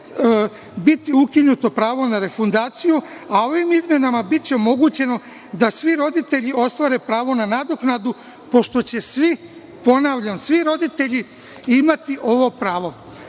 biti ukinuto pravo na refundaciju, a ovim izmenama biće omogućeno da svi roditelji ostvare pravo na nadoknadu pošto će svi, ponavljam svi roditelji, imati ovo pravo.